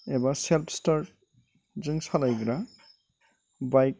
एबा सेल्फ स्टार्टजों सालायग्रा बाइक